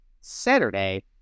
Saturday